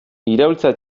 iraultza